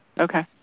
Okay